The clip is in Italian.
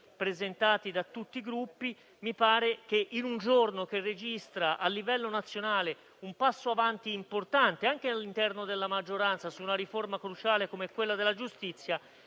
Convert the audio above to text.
presentati da tutti i Gruppi. Mi pare che in un giorno che registra, a livello nazionale, un passo avanti importante, anche all'interno della maggioranza, su una riforma cruciale come quella della giustizia,